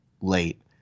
late